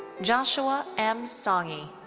joshua m. songy.